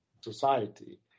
society